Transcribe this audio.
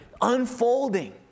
unfolding